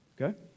Okay